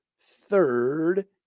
Third